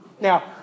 Now